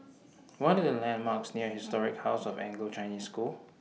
What Are The landmarks near Historic House of Anglo Chinese School